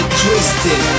twisted